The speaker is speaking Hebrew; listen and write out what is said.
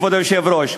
כבוד היושב-ראש,